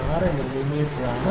6 മിമി ആണ്